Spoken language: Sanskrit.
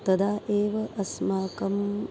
तदा एव अस्माकं